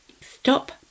Stop